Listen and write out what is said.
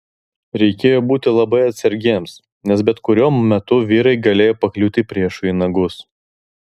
reikėjo būti labai atsargiems nes bet kuriuo metu vyrai galėjo pakliūti priešui į nagus